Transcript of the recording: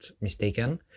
mistaken